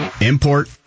Import